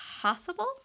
possible